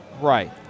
Right